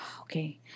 okay